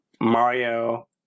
Mario